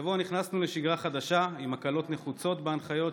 השבוע נכנסנו לשגרה חדשה עם הקלות נחוצות בהנחיות,